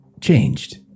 changed